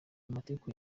amatiku